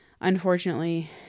unfortunately